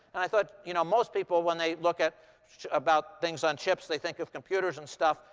and i thought, you know, most people, when they look at about things on chips, they think of computers and stuff.